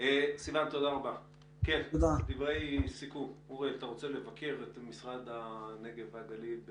עבודתן כי יש לנו כבר משרד לפיתוח הנגב והגליל,